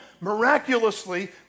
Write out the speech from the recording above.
miraculously